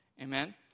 Amen